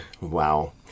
wow